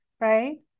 right